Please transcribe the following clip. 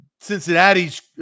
Cincinnati's